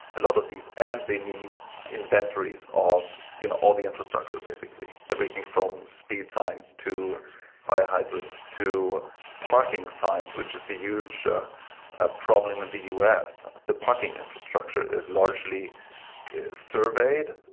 a lot of these, and they need inventories of you know all the infrastructure basically. everything from speed signs, to fire hydrants, to parking signs, which is a huge ah ah problem in the u s. the parking infrastructure is largely surveyed.